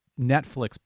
Netflix